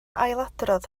ailadrodd